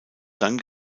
dann